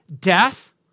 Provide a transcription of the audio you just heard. death